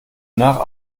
nach